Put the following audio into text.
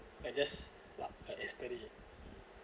and just like yesterday